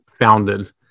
founded